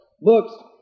books